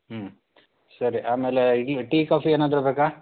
ಹ್ಞೂ ಸರಿ ಆಮೇಲೆ ಇಲ್ಲಿ ಟೀ ಕಾಫಿ ಏನಾದ್ರೂ ಬೇಕಾ